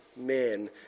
men